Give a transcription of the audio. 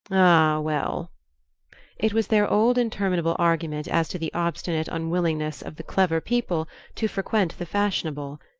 ah, well it was their old interminable argument as to the obstinate unwillingness of the clever people to frequent the fashionable,